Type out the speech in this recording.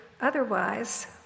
otherwise